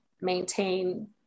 maintain